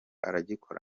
aragikora